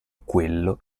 quello